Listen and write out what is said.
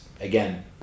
again